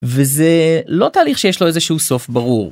וזה לא תהליך שיש לו איזה שהוא סוף ברור.